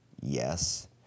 yes